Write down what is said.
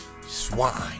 Swine